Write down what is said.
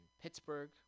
Pittsburgh